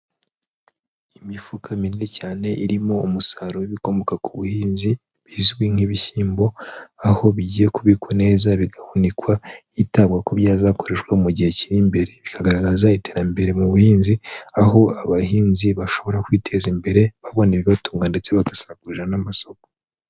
Imifuka minini cyane irimo umusaruro w'ibikomoka ku buhinzi bizwi nk'ibishyimbo, aho bigiye kubikwa neza bigahunikwa, hitabwa ko byazakoreshwa mu gihe kiri imbere. Bikagaragaza iterambere mu buhinzi, aho abahinzi bashobora kwiteza imbere, babona ibibatunga ndetse bagasagurira n'amasoko.